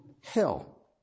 hell